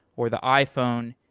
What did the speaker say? or the iphone.